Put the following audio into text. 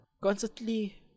constantly